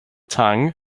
tongue